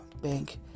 bank